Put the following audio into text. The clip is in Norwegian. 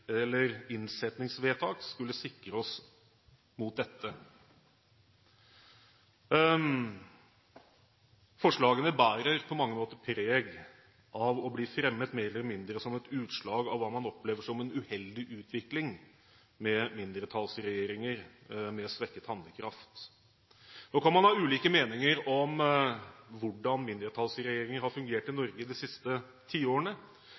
eller innsettingsvedtak, skulle sikre oss mot dette. Forslagene bærer på mange måter preg av å bli fremmet mer eller mindre som et utslag av hva man opplever som en uheldig utvikling, med mindretallsregjeringer med svekket handlekraft. Nå kan man ha ulike meninger om hvordan mindretallsregjeringer har fungert i Norge de siste tiårene.